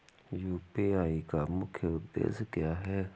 UPI का मुख्य उद्देश्य क्या है?